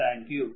thank you